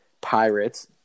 Pirates –